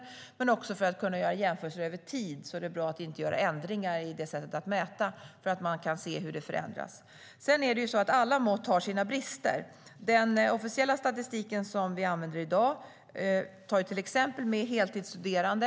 Även för att kunna göra jämförelser över tid är det bra att inte ändra i sättet att mäta. Alla mått har sina brister. Den officiella statistiken som används i dag tar till exempel med heltidsstuderande.